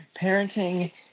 Parenting